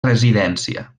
residència